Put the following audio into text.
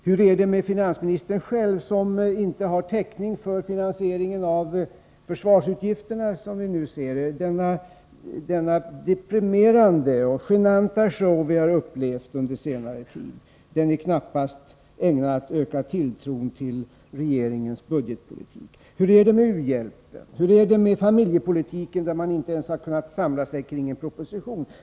Hur är det med finansministern själv, som inte har täckning för finansieringen av försvarsutgifterna? Den deprimerande och genanta show som vi har upplevt under senare tid är knappast ägnad att öka tilltron till regeringens budgetpolitik. Hur är det med u-hjälpen? Hur är det med familjepolitiken, där man inte ens har kunnat samla sig till en proposition?